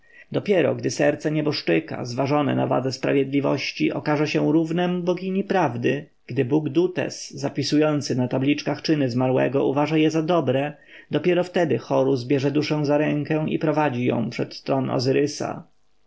dopiero gdy serce nieboszczyka zważone na wadze sprawiedliwości okaże się równem bogini prawdy gdy bóg dutes zapisujący na tabliczkach czyny zmarłego uważa je za dobre dopiero wtedy horus bierze duszę za rękę i prowadzi ją przed tron